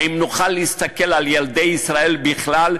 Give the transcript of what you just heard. האם נוכל להסתכל על ילדי ישראל בכלל,